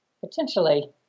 potentially